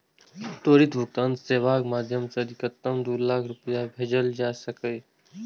त्वरित भुगतान सेवाक माध्यम सं अधिकतम दू लाख रुपैया भेजल जा सकैए